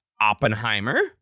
Oppenheimer